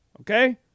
okay